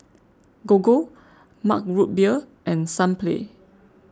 Gogo Mug Root Beer and Sunplay